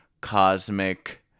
cosmic